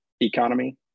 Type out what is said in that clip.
economy